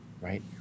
right